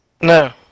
no